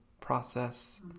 process